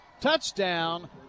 Touchdown